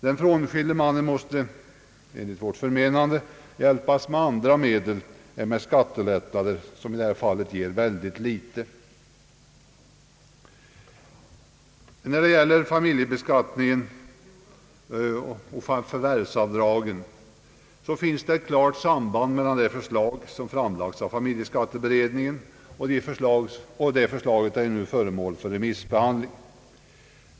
Den frånskilde mannen måste enligt vårt förmenande hjälpas med andra medel än med skattelättnader, som i detta fall ger mycket litet. När det gäller familjebeskattningen och förvärvsavdragen finns det ett klart samband med det förslag som framlagts av familjeskatteberedningen, och det förslaget är nu föremål för remissbehandling.